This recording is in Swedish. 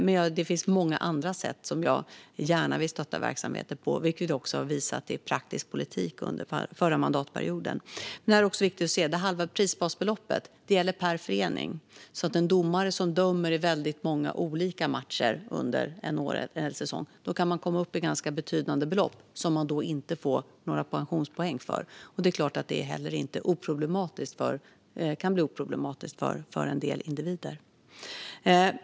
Men det finns många andra sätt som jag gärna vill stötta verksamheten på, vilket jag också visade i praktisk politik under förra mandatperioden. Halva prisbasbeloppet gäller per förening, så domare som dömer i väldigt många olika matcher under en säsong kan komma upp i ganska betydande belopp som de inte får några pensionspoäng för. Det är klart att det kan bli problematiskt för en del individer.